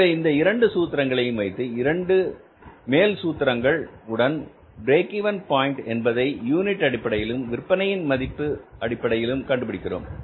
எனவே இந்த இரண்டு சூத்திரங்களையும் வைத்து 2 மேல் சூத்திரங்கள் உடன் பிரேக் இவென் பாயின்ட் என்பதை யூனிட் அடிப்படையிலும் விற்பனையின் மதிப்பு அடிப்படையிலும் கண்டுபிடிக்கிறோம்